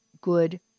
good